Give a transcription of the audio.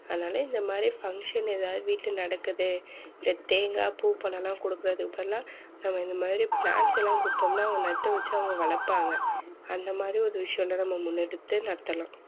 அதனால இந்த மாதிரி ஃபங்ஷன் எதாவது வீட்டில் நடக்குது தேங்காய் பூ பழம்லாம் கொடுக்குறதுக்கு பதிலாக நம்ம இந்த மாதிரி பிளாண்ட்ஸ் எல்லாம் கொடுத்தோம்னா அவங்க நட்டு வச்சு அவங்க வளர்ப்பாங்க அந்த மாதிரி ஒரு விஷயம்லாம் நம்ம முன்னெடுத்து நடத்தணும்